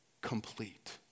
complete